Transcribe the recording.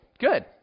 Good